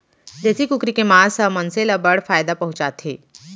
देसी कुकरी के मांस ह मनसे ल बड़ फायदा पहुंचाथे